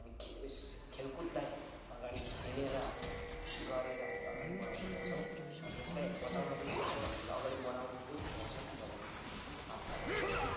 यस खेलकुदलाई हामी अगाडि खेलेर हामी गरेर हामी अगाडि बढाउने गर्छौँ हामी यसलाई बचाउनु पनि सक्छौँ हामी यसलाई अगाडि बढाउनु पनि पर्छ किनभने आजकाल खेलकुद